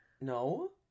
No